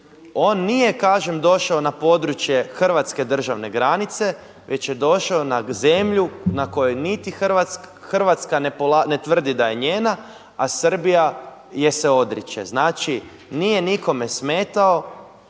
on nije kažem došao na područje hrvatske državne granice već je došao na zemlju na kojoj niti Hrvatska ne tvrdi da je njena, a Srbija je se odriče. Znači, nije nikome smetao.